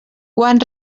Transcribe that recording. quan